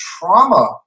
trauma